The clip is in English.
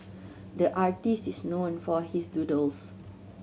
the artist is known for his doodles